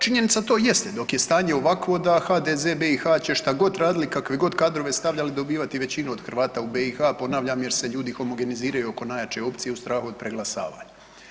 Činjenica to jest dok je stanje ovakvo da HDZ BiH će šta god radili, kakve god kadrove stavljali dobivati većinu od Hrvata u BiH, ponavljam jer se ljudi homogeniziraju oko najjače opcije u strahu od preglasavanja.